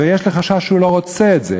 ויש לי חשש שהוא לא רוצה את זה,